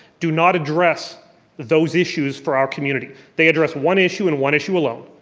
do not address those issues for our community. they address one issue and one issue alone,